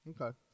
Okay